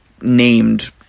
named